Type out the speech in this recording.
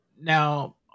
Now